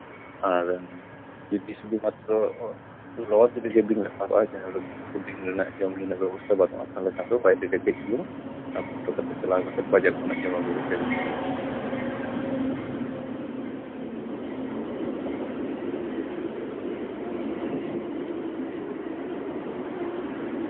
ᱟᱨ ᱡᱩᱫᱤ ᱥᱩᱫᱩ ᱢᱟᱛᱨᱚ ᱞᱚᱡᱽ ᱨᱮᱜᱮᱵᱮᱱ ᱨᱟᱠᱟᱵᱼᱟ ᱡᱟᱦᱟᱸᱨᱮᱫᱚ ᱯᱷᱩᱰᱤᱝ ᱨᱮᱱᱟᱜ ᱡᱚᱢ ᱨᱮᱱᱟᱜ ᱵᱮᱵᱚᱥᱛᱟ ᱵᱟᱹᱱᱩᱜᱼᱟ ᱛᱟᱞᱦᱮ ᱵᱟᱭᱨᱮ ᱨᱮ ᱠᱟᱹᱡ ᱪᱩᱞᱩᱝ ᱠᱚᱥᱴᱚ ᱠᱟᱛᱮ ᱪᱟᱞᱟᱣ ᱠᱟᱛᱮ ᱵᱟᱡᱟᱨ ᱠᱷᱚᱱᱟᱜ ᱡᱚᱢᱟᱜ ᱟᱹᱜᱩᱭ ᱦᱩᱭᱩᱜ ᱛᱟᱵᱮᱱᱟ